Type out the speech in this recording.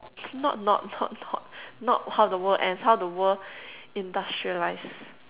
not not not not not how the world ends how the world industrialize